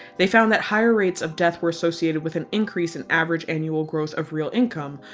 they found that higher rates of death were associated with an increase in average annual growth of real income,